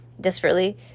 desperately